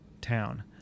town